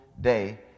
day